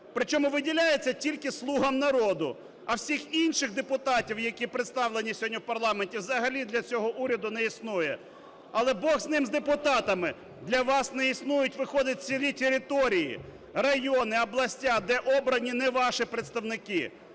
Причому, виділяється тільки "слугам народу", а всіх інших депутатів, які представлені сьогодні в парламенті, взагалі для цього уряду не існує. Але Бог з ним, з депутатами. Для вас не існують, виходить, цілі території, райони, області, де обрані не ваші представники.